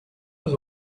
was